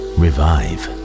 revive